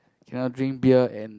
cannot drink beer and